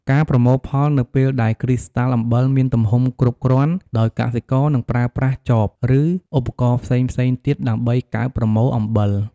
ការប្រមូលផល នៅពេលដែលគ្រីស្តាល់អំបិលមានទំហំគ្រប់គ្រាន់ ដោយកសិករនឹងប្រើប្រាស់ចប ឬឧបករណ៍ផ្សេងៗទៀតដើម្បីកើបប្រមូលអំបិល។